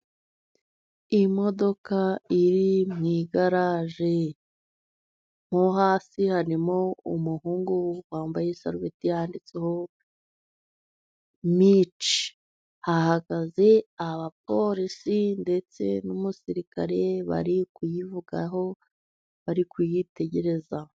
Imodoka iri mu igaraje . Mo hasi harimo umuhungu wambaye isarubeti yanditseho mice ,hahagaze abapolisi ndetse n'umusirikare bari kuyivugaho bari kuyitegereza.